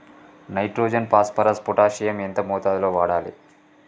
Nitrogen phosphorus potassium ఎంత మోతాదు లో వాడాలి?